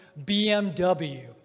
BMW